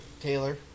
Taylor